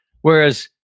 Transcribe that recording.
Whereas